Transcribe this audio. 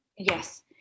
Yes